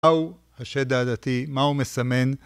אוו..השד העדתי, מה הוא מסמן?